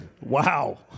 Wow